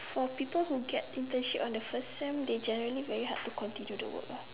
for people who get internship on the first sem they generally very hard to continue the work ah